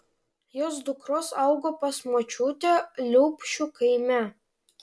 jos dukros augo pas močiutę liupšių kaime